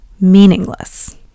meaningless